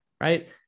right